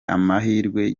amahirwe